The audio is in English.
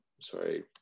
sorry